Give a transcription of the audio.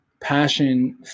passion